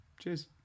Cheers